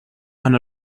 and